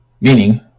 Meaning